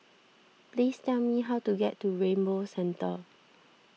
please tell me how to get to Rainbow Centre